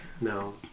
No